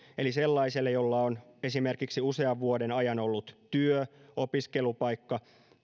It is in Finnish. eli sellaiselle jolla on esimerkiksi usean vuoden ajan ollut työ opiskelupaikka